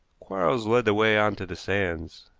quarles led the way on to the sands.